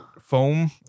Foam